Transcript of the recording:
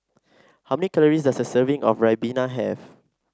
how many calories does a serving of Ribena have